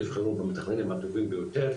תבחרו במתכננים הטובים ביותר,